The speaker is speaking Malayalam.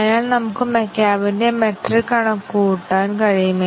മറ്റ് ബേസിക് കണ്ടിഷൻ ചില സ്ഥിരമായ മൂല്യത്തിൽ പിടിക്കണം